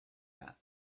that